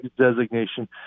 designation –